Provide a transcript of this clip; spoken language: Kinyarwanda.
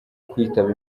kwitaba